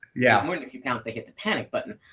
yeah i mean and few pounds they hit the panic button.